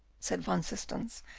said van systens,